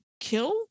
kill